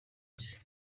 isi